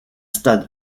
stade